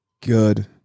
good